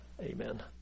Amen